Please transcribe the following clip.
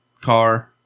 car